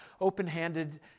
open-handed